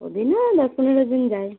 ওদিনে না দশ পনেরো জন যায়